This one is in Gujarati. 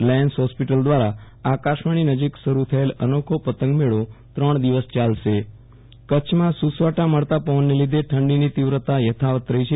લાયન્સ હોસ્પિટલ દ્રારા આકાશવાણી નજીક શરૂ થયેલ અનોખો પતંગ મેળો ત્રણ દિવસ ચાલશે વિરલ રાણા હવામાન કચ્છમાં સુસવાટા મારતા પવનને લીધે ઠંડીની તિવ્રતા યથાવત રહી છે